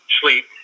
sleep